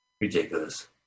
Ridiculous